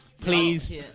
Please